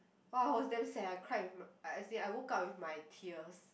!wow! I was damn sad I cried with my as in I woke up with my tears